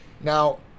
now